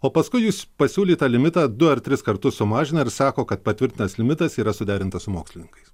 o paskui jis pasiūlytą limitą du ar tris kartus sumažina ir sako kad patvirtintas limitas yra suderintas su mokslininkais